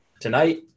tonight